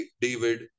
David